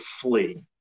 flee